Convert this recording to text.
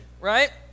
right